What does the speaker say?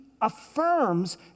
affirms